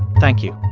thank you